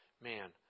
man